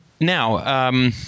Now